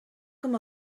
com